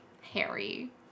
Harry